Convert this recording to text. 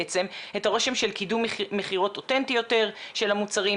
בעצם את הרושם של קידום מכירות אותנטי יותר של המוצרים,